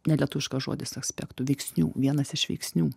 nelietuviškas žodis aspektų veiksnių vienas iš veiksnių